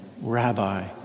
Rabbi